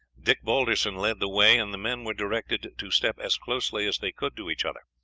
dick balderson led the way, and the men were directed to step as closely as they could to each other.